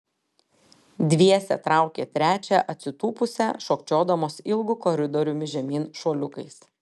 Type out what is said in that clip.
dviese traukė trečią atsitūpusią šokčiodamos ilgu koridoriumi žemyn šuoliukais